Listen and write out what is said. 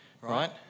Right